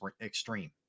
extreme